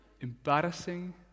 embarrassing